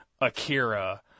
Akira-